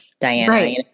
Diana